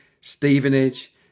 Stevenage